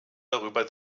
darüber